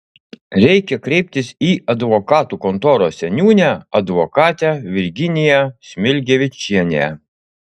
reikia kreiptis į advokatų kontoros seniūnę advokatę virginiją smilgevičienę